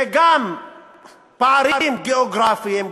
זה גם פערים גיאוגרפיים,